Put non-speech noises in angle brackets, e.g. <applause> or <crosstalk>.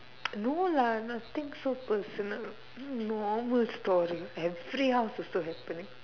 <noise> no lah nothing so personal normal story every house also happening